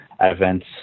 events